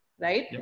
right